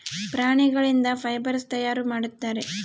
ಪ್ರಾಣಿಗಳಿಂದ ಫೈಬರ್ಸ್ ತಯಾರು ಮಾಡುತ್ತಾರೆ